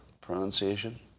pronunciation